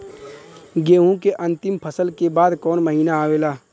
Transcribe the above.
गेहूँ के अंतिम फसल के बाद कवन महीना आवेला?